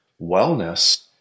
wellness